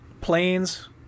planes